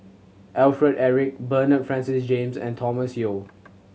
Alfred Eric Bernard Francis James and Thomas Yeo